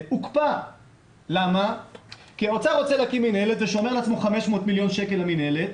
הם הוקפאו כי האוצר רוצה להקים מנהלת ושומר לעצמו 500 מיליון שקל למנהלת